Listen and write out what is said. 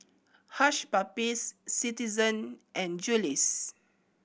Hush Puppies Citizen and Julie's